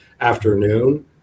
afternoon